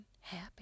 happy